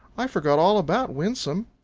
i forgot all about winsome.